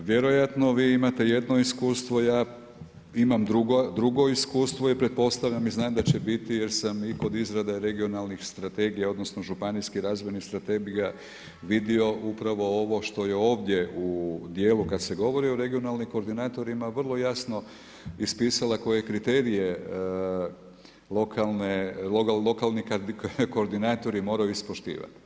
Pa vjerojatno vi imate jedno iskustvo, ja imam drugo iskustvo i pretpostavljam i znam da će biti jer sam i kod izrade regionalnih strategija, odnosno županijskih razvojnih strategija vidio upravo ovo što je ovdje u dijelu kad se govori o regionalnim koordinatorima, vrlo jasno ispisala koje kriterije lokalni koordinatori moraju ispoštivati.